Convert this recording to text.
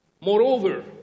Moreover